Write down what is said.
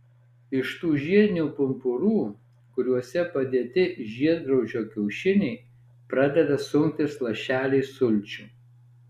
iš tų žiedinių pumpurų kuriuose padėti žiedgraužio kiaušiniai pradeda sunktis lašeliai sulčių